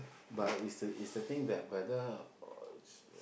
but it's the it's the thing that whether